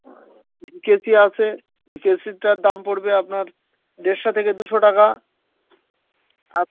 V K C আছে ভিকেসিটার দাম পড়বে আপনার দেড়শো থেকে দুশো টাকা আর